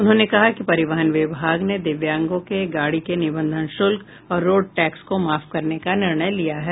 उन्होंने कहा कि परिवहन विभाग ने दिव्यांगों के गाड़ी के निबंधन शुल्क और रोड टैक्स को माफ करने का निर्णय लिया है